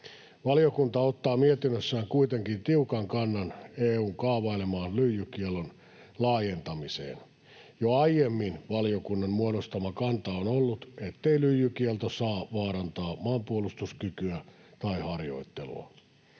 Valiokunta ottaa mietinnössään kuitenkin tiukan kannan EU:n kaavailemaan lyijykiellon laajentamiseen. Jo aiemmin valiokunnan muodostama kanta on ollut, ettei lyijykielto saa vaarantaa maanpuolustuskykyä tai harjoittelua.